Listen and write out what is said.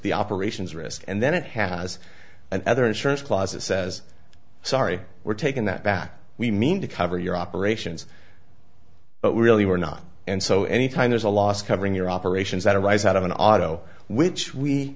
the operations risk and then it has another insurance closet says sorry we're taking that back we mean to cover your operations but we really were not and so any time there's a loss covering your operations that arise out of an auto which we